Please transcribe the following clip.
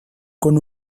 con